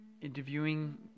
interviewing